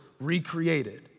recreated